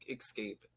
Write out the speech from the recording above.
escape